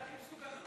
אלה הכי מסוכנות.